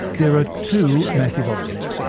there are two massive objects,